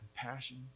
compassion